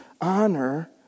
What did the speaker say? honor